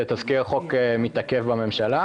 להפסקת ההצמדה של חברי הכנסת לשכר הממוצע במשק,